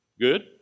good